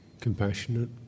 compassionate